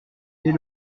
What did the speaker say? dès